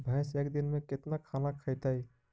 भैंस एक दिन में केतना खाना खैतई?